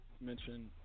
mention